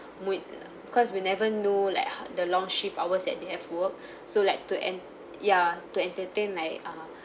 mood because we never know like the long shift hours that they have work so like to en~ ya to entertain like uh